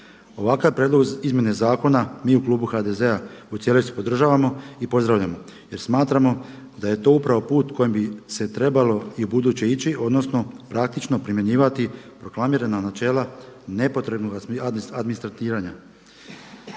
Ovakav prijedlog izmjene zakona mi u Klubu HDZ-a u cijelosti podržavamo i pozdravljamo jer smatramo da je to upravo put kojim bi se trebalo i ubuduće ići odnosno praktično primjenjivati proklamirana načela nepotrebnog administratiranja.